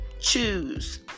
choose